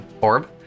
orb